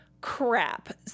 crap